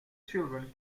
children